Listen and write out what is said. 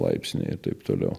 laipsnyje ir taip toliau